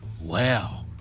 Wow